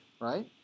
right